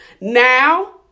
Now